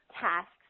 tasks